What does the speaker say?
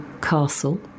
castle